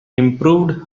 improved